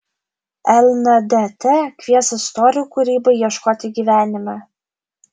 lndt kvies istorijų kūrybai ieškoti gyvenime